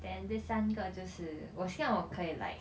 then 第三个就是我希望我可以 like